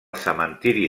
cementiri